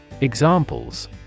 Examples